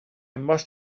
must